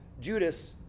Judas